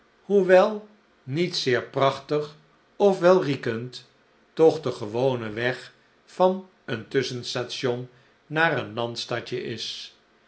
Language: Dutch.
hoewel niet zeer prachtig of welriekend toch de gewone weg van een tusschenstation naar een landstadje is